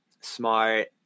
smart